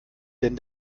denn